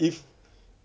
but if